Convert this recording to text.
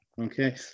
Okay